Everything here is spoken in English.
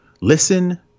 listen